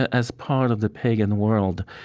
ah as part of the pagan world,